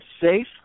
safe